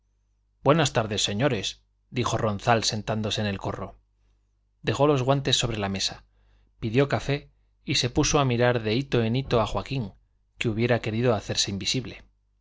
buenas tardes señores dijo ronzal sentándose en el corro dejó los guantes sobre la mesa pidió café y se puso a mirar de hito en hito a joaquín que hubiera querido hacerse invisible